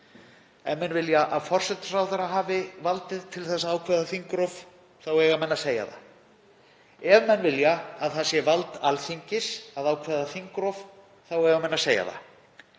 Ef menn vilja að forsætisráðherra hafi valdið til þess að ákveða þingrof þá eiga menn að segja það. Ef menn vilja að það sé vald Alþingis að ákveða þingrof þá eiga menn að segja það.